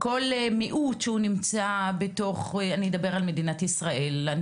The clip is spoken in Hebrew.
כל מיעוט שנמצא בתוך מדינת ישראל,